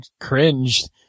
cringed